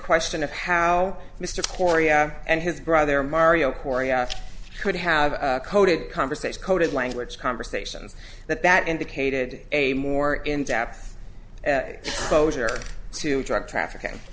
question of how mr corey and his brother mario korea could have coded conversation coded language conversations that that indicated a more in depth closure to drug trafficking